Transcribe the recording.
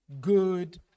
good